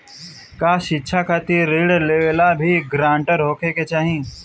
का शिक्षा खातिर ऋण लेवेला भी ग्रानटर होखे के चाही?